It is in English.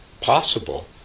possible